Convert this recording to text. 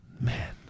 Man